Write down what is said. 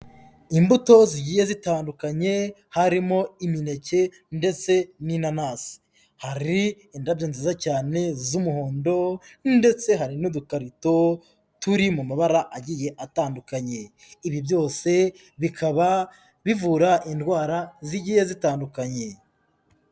Imbuto zigiye zitandukanye, harimo imineke ndetse n'inanasi, hari indabyo nziza cyane z'umuhondo ndetse hari n'udukarito turi mu mabara agiye atandukanye, ibi byose bikaba bivura indwara zigiye zitandukanye.